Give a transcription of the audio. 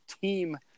team